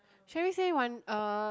Sherry say one uh